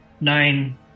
Nine